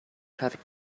traffic